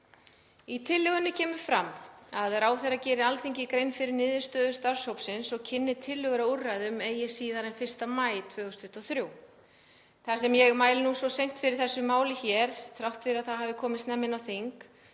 tillögur að úrræðum. Ráðherra geri Alþingi grein fyrir niðurstöðum starfshópsins og kynni tillögur að úrræðum eigi síðar en 1. maí 2023.“ Þar sem ég mæli svo seint fyrir þessu máli, þrátt fyrir að það hafi komið snemma inn á þing,